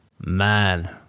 man